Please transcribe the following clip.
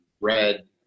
red